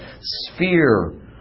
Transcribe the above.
sphere